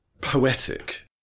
poetic